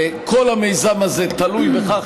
כל המיזם הזה תלוי בכך